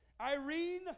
Irene